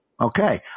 Okay